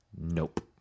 Nope